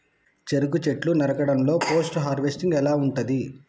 చెరుకు చెట్లు నరకడం లో పోస్ట్ హార్వెస్టింగ్ ఎలా ఉంటది?